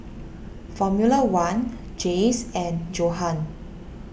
Formula one Jays and Johan